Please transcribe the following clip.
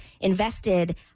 invested